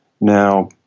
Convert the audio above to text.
Now